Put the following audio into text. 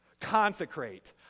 Consecrate